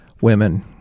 women